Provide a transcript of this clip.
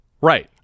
Right